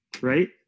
Right